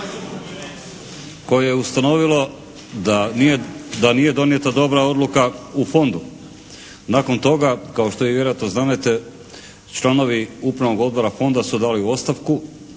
koje je ustanovilo da nije donijeta dobra odluka u fondu. Nakon toga što kao što i vi vjerojatno znadete članovi upravnog odbora fonda su dali ostavku